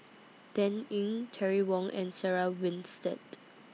Dan Ying Terry Wong and Sarah Winstedt